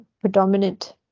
predominant